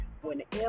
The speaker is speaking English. whenever